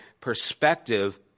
perspective